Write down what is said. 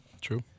true